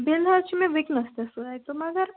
bill حظ چھِ مےٚ وُنکِیٚنس تہِ سۭتۍ تہٕ مگر